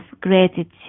gratitude